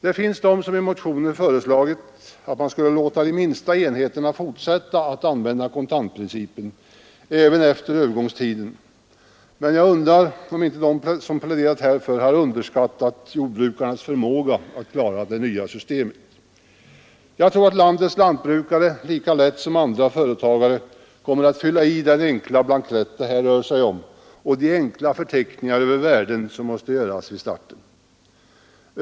Det finns de som i motioner föreslagit, att man skulle låta de minsta enheterna fortsätta att använda kontantprincipen även efter övergångstiden, men jag undrar om inte de som pläderat härför har underskattat jordbrukarnas förmåga att klara det nya systemet. Jag tror att landets lantbrukare lika lätt som andra företagare kommer att kunna fylla i den enkla blankett det här rör sig om och de enkla förteckningar över värdena som måste göras vid starten.